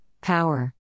Power